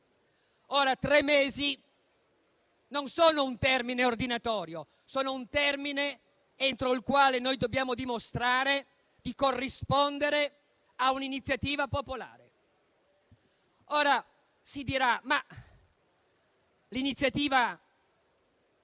Tre mesi non sono un termine ordinatorio; sono un termine entro il quale dobbiamo dimostrare di corrispondere a un'iniziativa popolare. Si dirà che l'iniziativa